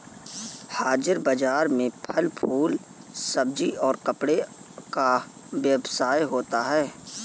हाजिर बाजार में फल फूल सब्जी और कपड़े का व्यवसाय होता है